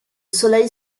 soleil